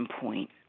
point